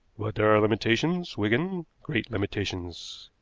but there are limitations, wigan, great limitations.